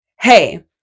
Hey